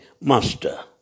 Master